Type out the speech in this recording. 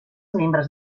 membres